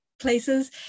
places